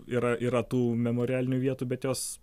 yra yra tų memorialinių vietų bet jos